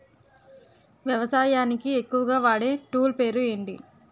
వ్యవసాయానికి ఎక్కువుగా వాడే టూల్ పేరు ఏంటి?